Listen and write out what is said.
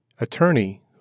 attorney